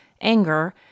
anger